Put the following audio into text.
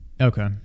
Okay